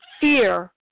fear